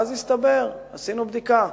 ואז עשינו בדיקה,